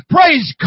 Praise